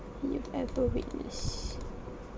do you ever witness